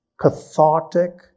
cathartic